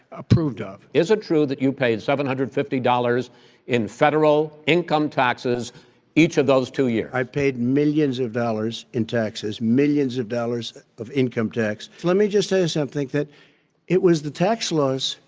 approved of. is it true that you paid seven hundred and fifty dollars in federal income taxes each of those two years? i've paid millions of dollars in taxes, millions of dollars of income tax. let me just say something, that it was the tax laws.